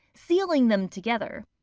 sealing them together.